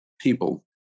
people